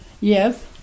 Yes